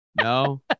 no